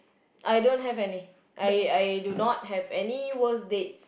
I don't have any I I do not have any worst date